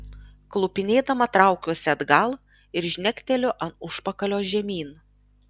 klupinėdama traukiuosi atgal ir žnekteliu ant užpakalio žemyn